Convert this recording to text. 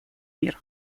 мир